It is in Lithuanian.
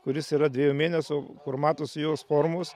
kuris yra dviejų mėnesių kur matosi jos formos